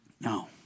No